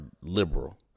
liberal